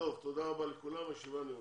תודה רבה לכולם, הישיבה נעולה.